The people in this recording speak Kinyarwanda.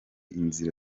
inzira